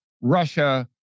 Russia